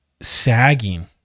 sagging